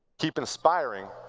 keep inspiring.